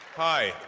hi,